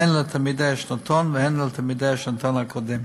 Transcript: הן לתלמידי השנתון והן לתלמידי השנתון הקודם.